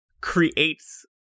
creates